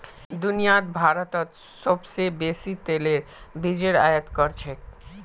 दुनियात भारतत सोबसे बेसी तेलेर बीजेर आयत कर छेक